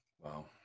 Wow